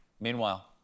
Meanwhile